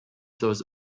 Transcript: those